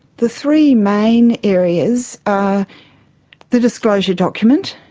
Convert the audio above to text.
the three main areas are the disclosure document,